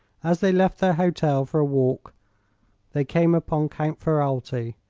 as they left their hotel for a walk they came upon count ferralti,